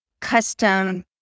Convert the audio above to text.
custom